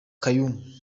kaymu